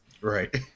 Right